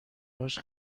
هاش